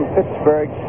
Pittsburgh